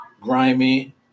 grimy